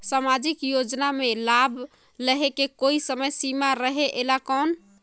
समाजिक योजना मे लाभ लहे के कोई समय सीमा रहे एला कौन?